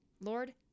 Lord